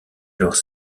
alors